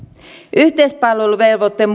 yhteispalveluvelvoitteen